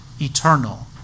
eternal